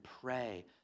pray